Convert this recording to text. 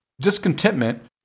discontentment